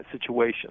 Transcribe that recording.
situation